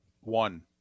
One